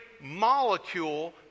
molecule